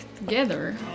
together